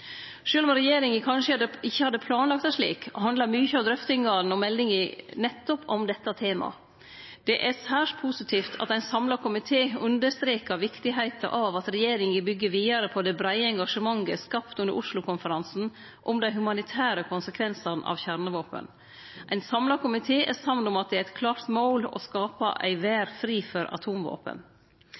om regjeringa kanskje ikkje hadde planlagt det slik, handlar mykje av drøftingane og meldinga nettopp om dette temaet. Det er særs positivt at ein samla komité understrekar viktigheita av at regjeringa byggjer vidare på det breie engasjementet skapt under Oslo- konferansen om dei humanitære konsekvensane av kjernevåpen. Ein samla komité er samd om at det er eit klart mål å skape ei verd fri for atomvåpen.